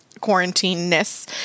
quarantine-ness